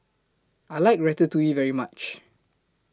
I like Ratatouille very much